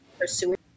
pursuing